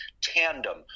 tandem